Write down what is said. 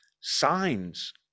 signs